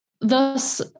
thus